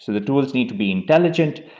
so the tools need to be intelligent.